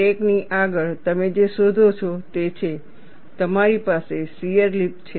crack ની આગળ તમે જે શોધો છો તે છે તમારી પાસે શીયર લિપ છે